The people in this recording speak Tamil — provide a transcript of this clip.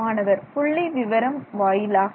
மாணவர் புள்ளி விவரம் வாயிலாக